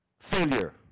Failure